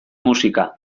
musika